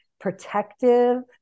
protective